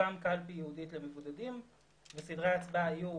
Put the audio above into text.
תוקם קלפי ייעודית למבודדים וסדרי ההצבעה יהיו